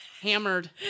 Hammered